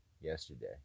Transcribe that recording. yesterday